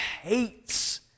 hates